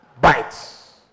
bites